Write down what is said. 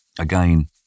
Again